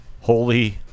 Holy